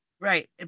Right